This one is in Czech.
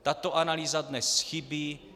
Tato analýza dnes chybí.